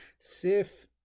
Sif